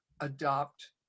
adopt